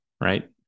right